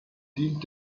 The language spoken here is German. dient